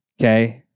Okay